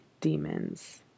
Demons